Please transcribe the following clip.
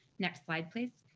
next slide, please.